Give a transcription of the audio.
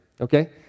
Okay